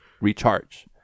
recharge